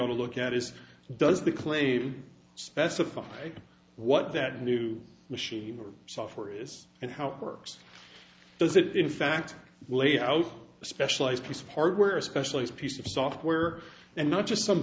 want to look at is does the claim specify what that new machine or software is and how it works does it in fact lay out a specialized piece of hardware especially as piece of software and not just some